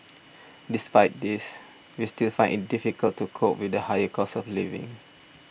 despite this we still find it difficult to cope with the higher cost of living